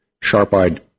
sharp-eyed